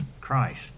Christ